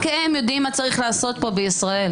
רק הם יודעים מה צריך לעשות פה בישראל.